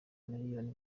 miliyoni